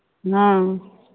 हँ